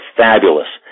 fabulous